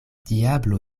diablo